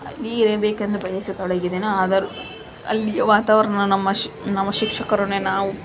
ಅಲ್ಲಿಯೇ ಇರಬೇಕೆಂದು ಬಯಸತೊಡಗಿದೆನು ಆದರೂ ಅಲ್ಲಿಯ ವಾತಾವರಣ ನಮ್ಮ ಶಿ ನಮ್ಮ ಶಿಕ್ಷಕರೊಡನೆ ನಾವು